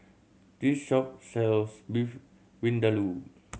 this shop sells Beef Vindaloo